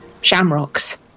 shamrocks